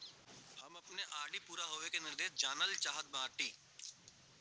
हम अपने आर.डी पूरा होवे के निर्देश जानल चाहत बाटी